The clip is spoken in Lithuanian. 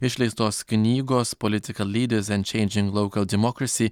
išleistos knygos politikal lyders en čeindžing loukal demokrasy